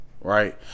Right